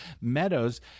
Meadows